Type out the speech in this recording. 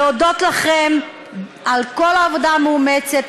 להודות לכן על העבודה המאומצת.